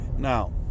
Now